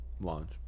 launch